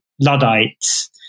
Luddites